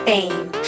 fame